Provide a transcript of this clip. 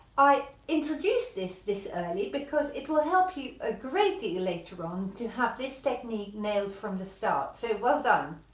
i introduced this this early because it will help you a great deal later on to have this technique nailed from the start so well done.